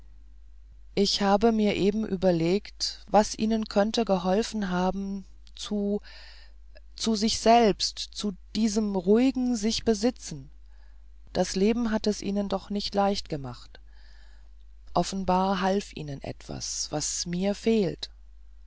ich habe mir eben überlegt was ihnen könnte geholfen haben zu zu sich selbst zu diesem ruhigen sichbesitzen das leben hat es ihnen doch nicht leicht gemacht offenbar half ihnen etwas was mir fehlt